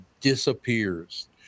disappears